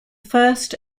first